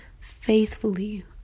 Faithfully